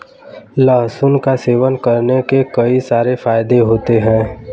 लहसुन का सेवन करने के कई सारे फायदे होते है